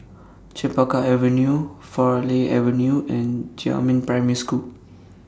Chempaka Avenue Farleigh Avenue and Jiemin Primary School